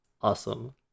Awesome